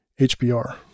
HBR